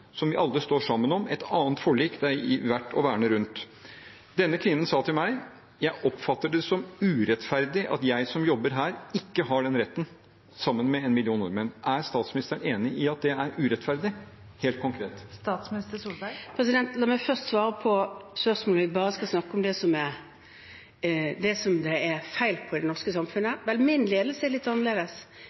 som er igjen i en pensjonsreform som vi alle står sammen om, et annet forlik det er verdt å verne om. Denne kvinnen sa til meg: Jeg oppfatter det som urettferdig at jeg som jobber her, ikke har den retten sammen med en million nordmenn. Er statsministeren enig i at det er urettferdig, helt konkret? La meg først svare på spørsmålet om at vi bare skal snakke om det som er feil i det norske samfunnet. Vel, min ledelse er litt annerledes.